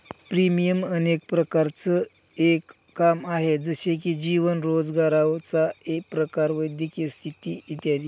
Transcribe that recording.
premium अनेक प्रकारांचं एक काम आहे, जसे की जीवन, रोजगाराचा प्रकार, वैद्यकीय स्थिती इत्यादी